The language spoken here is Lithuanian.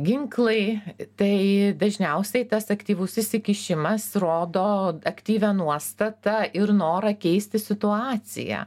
ginklai tai dažniausiai tas aktyvus įsikišimas rodo aktyvią nuostatą ir norą keisti situaciją